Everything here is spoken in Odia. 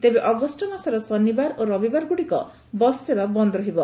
ତେବେ ଅଗଷ୍ ମାସର ଶନିବାର ଓ ରବିବାରଗୁଡ଼ିକ ବସ୍ ସେବା ବନ୍ଦ୍ ରହିବ